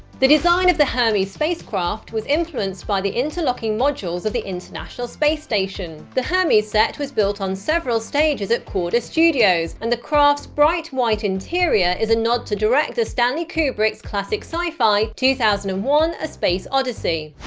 the design of the hermes spacecraft was influenced by the interlocking modules of the international space station. the hermes set was built on several stages at korda studios, and the craft's bright white interior is a nod to director stanley kubrick's classic scif-fi, two thousand and one a space odyssey.